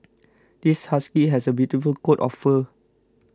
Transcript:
this husky has a beautiful coat of fur